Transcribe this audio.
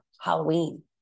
Halloween